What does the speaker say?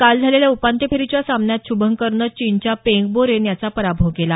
काल झालेल्या उपांत्य फेरीच्या सामन्यात शुभंकरनं चीनच्या पेंगबो रेन याचा पराभव केला